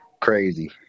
crazy